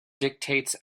dictates